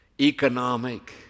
economic